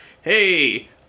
hey